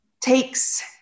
takes